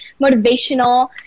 motivational